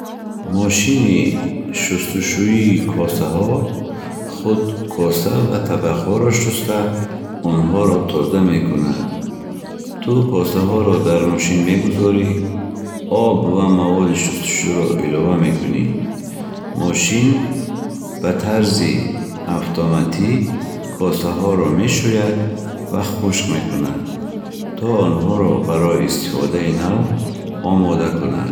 Мошини шустушӯии косаҳо худ коса ва табақҳоро шуста, онҳоро тоза мекунад. Ту косаҳоро дар мошин мегузорӣ, об ва маводи шустушӯро илова мекунӣ. Мошин ба тарзи автаматикӣ косаҳоро мешӯяд ва хушк мекунад, то онҳоро барои истифодаи нав омода кунад.